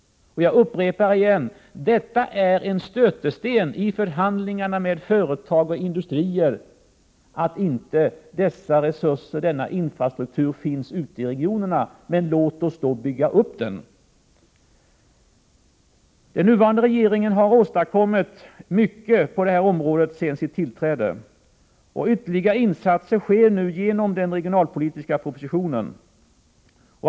Jag upprepar: Det är en stötesten vid förhandlingar med företag och industrier att inte dessa resurser, denna infrastruktur, finns ute i regionerna. Låt oss då bygga upp den! Den nuvarande regeringen har sedan sitt tillträde åstadkommit mycket på detta område. Ytterligare insatser kommer nu att göras i enlighet med den regionalpolitiska propositionen.